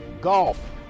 golf